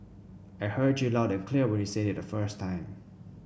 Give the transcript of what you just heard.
I heard you loud and clear when you said it the first time